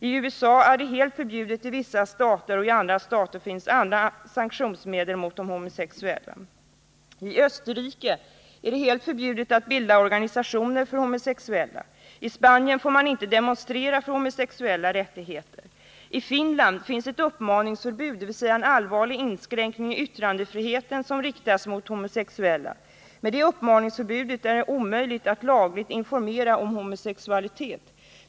I USA är homosexualitet helt förbjudet i vissa stater, medan det i andra stater finns andra sanktionsmedel mot de homosexuella. I Österrike är det helt förbjudet att bilda organisationer för homosexuella. I Spanien får man inte demonstrera för homosexuellas rättigheter. I Finland finns ett uppmaningsförbud, dvs. en allvarlig inskränkning i yttrandefriheten, som riktas mot homosexuella. Med det uppmaningsförbudet är det omöjligt att lagligt informera om homosexualitet.